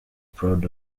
proud